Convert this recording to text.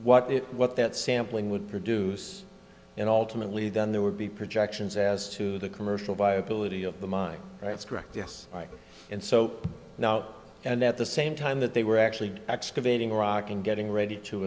what it what that sampling would produce and ultimately then there would be projections as to the commercial viability of the mine that's correct yes and so now and at the same time that they were actually excavating rock and getting ready to